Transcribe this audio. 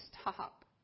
stop